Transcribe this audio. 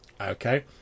Okay